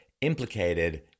implicated